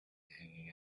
hanging